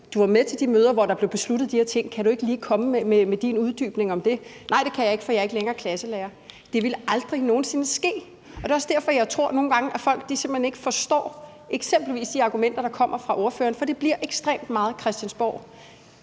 du var med til de møder, hvor der blev besluttet de her ting – kan du ikke lige komme med din uddybning af det? Og så svarer man: Det kan jeg ikke, for jeg er ikke længere deres klasselærer. Det ville aldrig nogen sinde ske. Det er også derfor, at jeg nogle gange tror, at folk simpelt hen ikke forstår eksempelvis de argumenter, der kommer fra ordføreren, for det bliver ekstremt meget Christiansborgsnak.